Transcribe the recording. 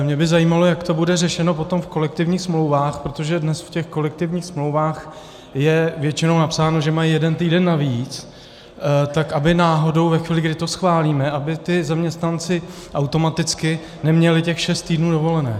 Mě by zajímalo, jak to bude řešeno potom v kolektivních smlouvách, protože dnes v těch kolektivních smlouvách je většinou napsáno, že mají jeden týden navíc, tak aby náhodu ve chvíli, kdy to schválíme, ti zaměstnanci automaticky neměli těch šest týdnů dovolené.